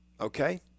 okay